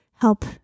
help